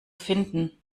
finden